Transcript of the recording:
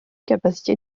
capacité